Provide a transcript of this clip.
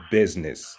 business